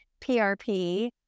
PRP